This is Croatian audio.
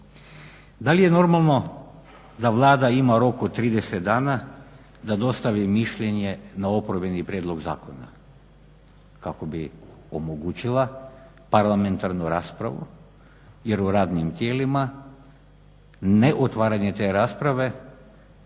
Da li je normalno da Vlada ima rok od 30 dana da dostavi mišljenje na oporbeni prijedlog zakona kako bi omogućila parlamentarnu raspravu jer u radnim tijelima neotvaranje te rasprave